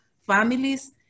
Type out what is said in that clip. families